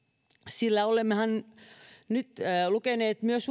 sillä olemmehan nyt nyt lukeneet myös